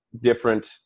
different